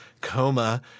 Coma